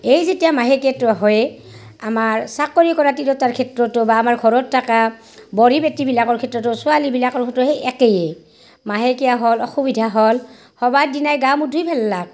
এই যেতিয়া মাহেকীয়াতো হয়েই আমাৰ চাকৰি কৰা তিৰোতাৰ ক্ষেত্ৰতো বা আমাৰ ঘৰত থাকা ব'ৰি বেটী বিলাকৰ ক্ষেত্ৰতো ছোৱালীবিলাকৰো হয়তো সেই একেই মাহেকীয়া হ'ল অসুবিধা হ'ল হ'ৱাৰ দিনাই গা মূৰ ধুই পেললাক